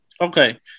Okay